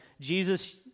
Jesus